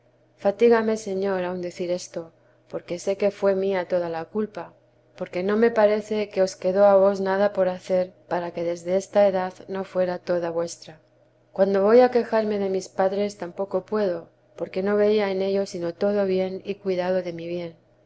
fatígame señor aun decir esto porque sé que fué mía toda la culpa porque no me parece os quedó a vos nada por hacer para que desde esta edad no fuera toda vuestra cuando voy a quejarme de mis padres tampoco puedo porque no veía en ellos sino todo bien y cuidado de mi bien